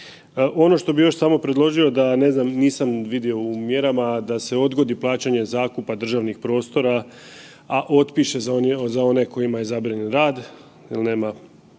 Ono što bi još samo predložio da, ne znam, nisam vidio u mjerama, da se odgodi plaćanje zakupa državnih prostora, a otpiše za one kojima je zabranjen rad jel nema